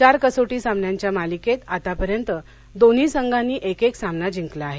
चार कसोटी सामन्यांच्या मालिकेत आतापर्यत दोन्ही संघानी एक एक सामना जिंकला आहे